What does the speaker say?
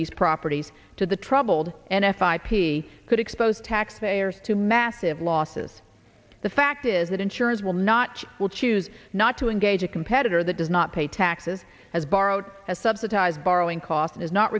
these properties to the troubled and f i p could expose taxpayers to massive losses the fact is that insurance will not will choose not to engage a competitor that does not pay taxes has borrowed has subsidized borrowing cost is not